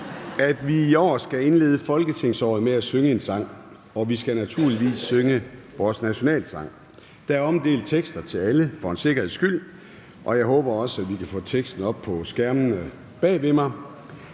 at vi i år skal indlede folketingsåret med at synge en sang, og vi skal naturligvis synge vores nationalsang. Der er omdelt eksemplarer til alle for en sikkerheds skyld, og jeg håber også, at vi kan få teksten op på skærmene bag ved mig.